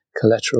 Collateral